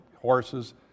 Horses